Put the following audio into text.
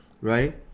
right